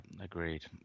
agreed